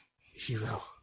hero